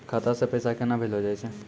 खाता से पैसा केना भेजलो जाय छै?